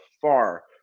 far